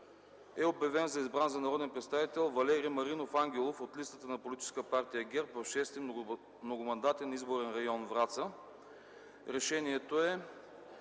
е обявен за избран за народен представител Валери Маринов Ангелов от листата на Политическа партия ГЕРБ в 6. многомандатен изборен район – Враца. Решението е: